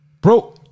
Bro